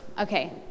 okay